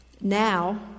now